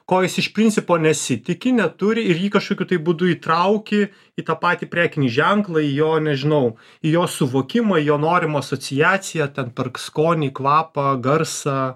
ko jis iš principo nesitiki neturi ir jį kažkokiu tai būdu įtraukė į tą patį prekinį ženklą į jo nežinau į jo suvokimą į jo norimą asociaciją ten skonį kvapą garsą